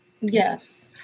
Yes